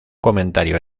comentario